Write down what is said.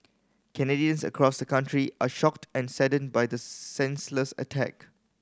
Canadians across the country are shocked and saddened by this senseless attack